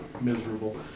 miserable